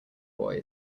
boy